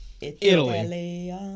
Italy